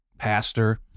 pastor